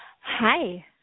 Hi